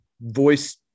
voice